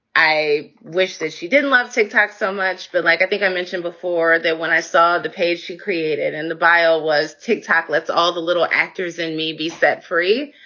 i wish that she didn't love tic tac so much, but like i think i mentioned before that when i saw the page she created in the bile was take tablets, all the little actors and may be set free.